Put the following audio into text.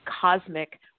cosmic